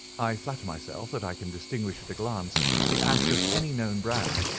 i flatter myself that i can distinguish at a glance the ash of any known brand,